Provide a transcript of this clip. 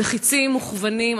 וחצים מוכוונים,